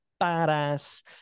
badass